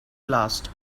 last